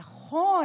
נכון,